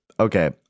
Okay